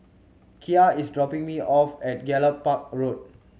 Kiya is dropping me off at Gallop Park Road